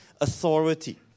authority